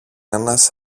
ένας